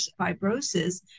fibrosis